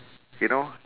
you know